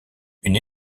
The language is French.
une